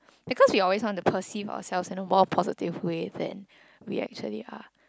because we always want to perceive ourselves you know more positively than we actually are